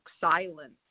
silence